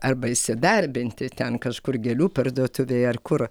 arba įsidarbinti ten kažkur gėlių parduotuvėj ar kur